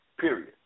Period